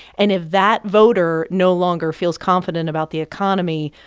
and if that voter no longer feels confident about the economy,